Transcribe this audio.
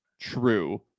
true